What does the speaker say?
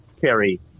carry